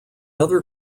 other